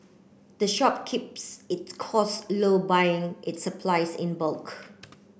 the shop keeps its costs low by buying its supplies in bulk